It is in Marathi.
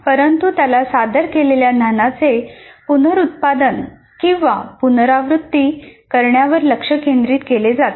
परंतु त्याला सादर केलेल्या ज्ञानाचे पुनरुत्पादन किंवा पुनरावृत्ती करण्यावर लक्ष केंद्रित केले जाते